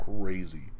crazy